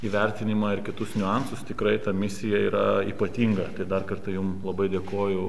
įvertinimą ir kitus niuansus tikrai ta misija yra ypatinga tai dar kartą jum labai dėkoju